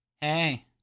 Hey